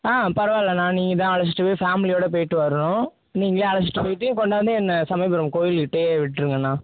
ஆ பரவால்லைணா நீங்கள்தான் அழைச்சிட்டு ஃபேமிலியோட போய்விட்டு வரணும் நீங்களே அழைச்சிட்டு போய்விட்டு கொண்டாந்து என்னை சமயபுரம் கோவில்கிட்டயே விட்டுருங்க அண்ணா